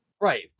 Right